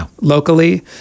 locally